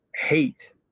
hate